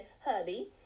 hubby